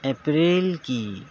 April کی